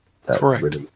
Correct